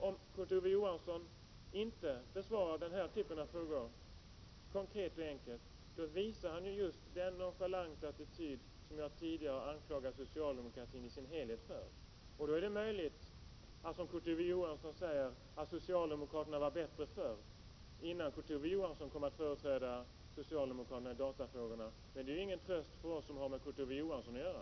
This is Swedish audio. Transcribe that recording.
Om Kurt Ove Johansson inte besvarar den här typen av frågor konkret och enkelt, då visar han just den nonchalanta attityd som jag tidigare har anklagat socialdemokraterna i sin helhet för. Det är möjligt att, som Kurt Ove Johansson säger, socialdemokraterna var bättre förr, innan Kurt Ove Johansson kom att företräda socialdemokraterna i datafrågorna. Men det är ingen tröst för oss som har med Kurt Ove Johansson att göra.